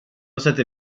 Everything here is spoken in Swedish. sätter